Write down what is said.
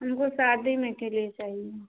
हमको शदी में के लिए चाहिए